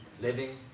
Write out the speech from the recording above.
Living